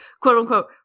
quote-unquote